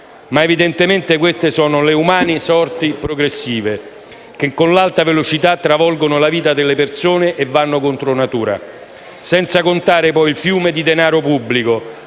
Evidentemente, però, queste sono le umane sorti e progressive, che con l'alta velocità travolgono la vita delle persone e vanno contro natura. Senza contare, poi, il fiume di denaro pubblico.